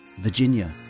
Virginia